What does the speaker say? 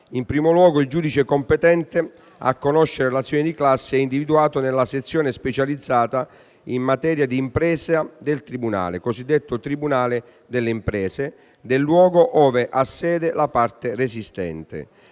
In primo luogo, il giudice competente a conoscere l'azione di classe è individuato nella sezione specializzata in materia di impresa del tribunale (il cosiddetto tribunale delle imprese) del luogo ove ha sede la parte resistente.